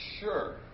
sure